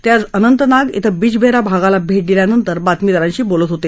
ते आज अनंतनाग क्वे बिजबेहरा भागाला भेट दिल्यानंतर बातमीदारांशी बोलत होते